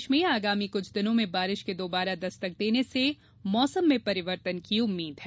प्रदेश में आगामी कुछ दिन में बारिश के दोबारा दस्तक देने से प्रदेश के मौसम में परिवर्तन की उम्मीद है